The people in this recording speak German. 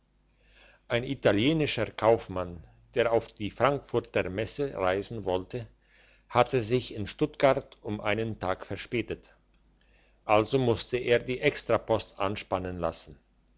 ein italienischer kaufmann der auf die frankfurter messe reisen wollte hatte sich in stuttgart um einen tag verspätet also musste er die extrapost anspannen lassen